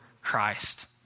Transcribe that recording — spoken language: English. Christ